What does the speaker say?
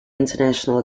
international